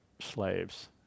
slaves